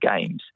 games